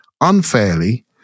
unfairly